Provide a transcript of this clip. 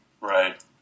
Right